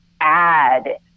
add